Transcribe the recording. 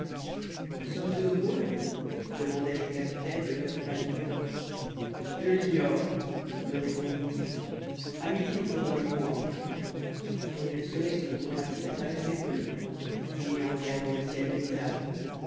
sommes-nous au pôle demandai-je au capitaine le coeur palpitant je l'ignore me répondit-il a midi nous ferons le point mais le soleil se montrera t il à travers ces brumes dis-je en regardant le ciel grisâtre